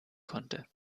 konnte